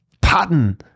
pattern